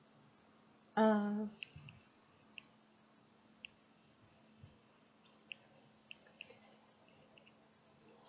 uh